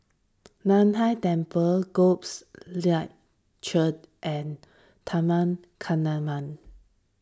Nan Hai Temple Light Church and Taman